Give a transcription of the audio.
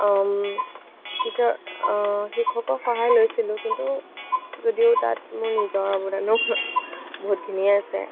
teacher শিক্ষকৰ সহায় লৈছিলোঁ কিন্তু যদিও তাত মোৰ নিজৰ অৱদানো বহুতখিনিয়ে আছে